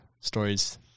stories